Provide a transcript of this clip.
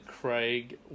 Craig